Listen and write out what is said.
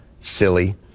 silly